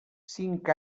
cinc